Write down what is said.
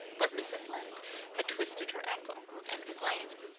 but mrs. lynde had twisted her ankle and was lame,